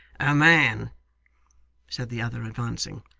a man said the other, advancing.